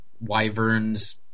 wyverns